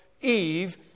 Eve